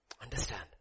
Understand